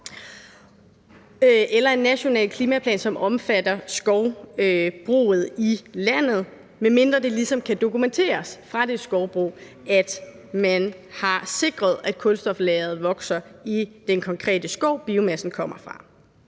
lavet en national klimaplan, som omfatter skovbruget i landet, medmindre det ligesom kan dokumenteres fra det skovbrug, at man har sikret, at kulstoflageret vokser i den konkrete skov, biomassen kommer fra.